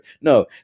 No